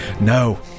No